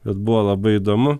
bet buvo labai įdomu